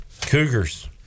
cougars